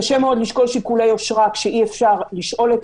קשה מאוד לשקול שיקולי יושרה כשאי אפשר לשאול את